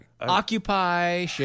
Occupy